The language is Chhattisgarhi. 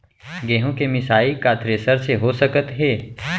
गेहूँ के मिसाई का थ्रेसर से हो सकत हे?